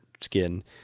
skin